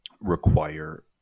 require